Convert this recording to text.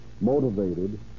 motivated